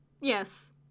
Yes